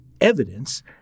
evidence